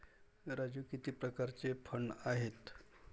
राजू किती प्रकारचे फंड आहेत?